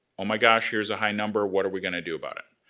oh, my gosh. here's a high number. what are we gonna do about it?